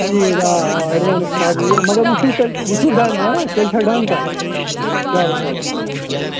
کِہیٖنٛۍ آ آ ایٚڈوانٕس ترٛاوٕ بہٕ مگر وُچھو تیٚلہِ وُچھو ڈَن تیٚلہِ چھا ڈَن تۄہہِ چلو چلو ٹھیٖک چھُ چلو